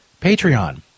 Patreon